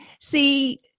see